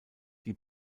die